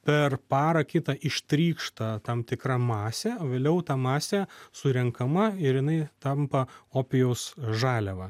per parą kitą ištrykšta tam tikra masė vėliau ta masė surenkama ir jinai tampa opijaus žaliava